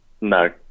No